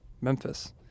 Memphis